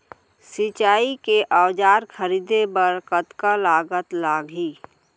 सिंचाई के औजार खरीदे बर कतका लागत लागही?